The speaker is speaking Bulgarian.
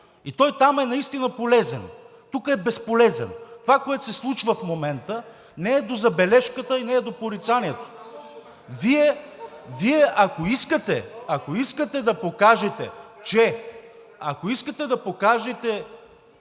и той там е наистина полезен, тук е безполезен. Това, което се случва в момента, не е до забележката и не е до порицанието. Вие, ако искате, да покажете, че... (Реплика от